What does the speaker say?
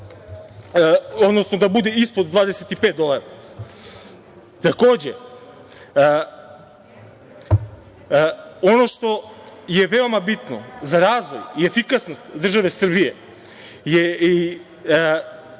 za to da bude ispod 25 dolara. Takođe, ono što je veoma bitno za razvoj i efikasnost države Srbije je